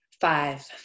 Five